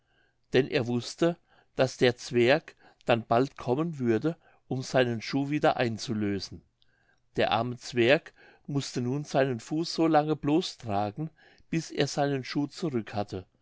denn er wußte daß der zwerg dann bald kommen würde um seinen schuh wieder einzulösen der arme zwerg mußte nun seinen fuß so lange bloß tragen bis er seinen schuh zurück hatte